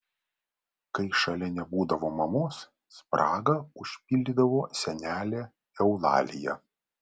kai šalia nebūdavo mamos spragą užpildydavo senelė eulalija